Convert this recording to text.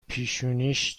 پیشونیش